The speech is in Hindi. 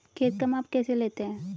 खेत का माप कैसे लेते हैं?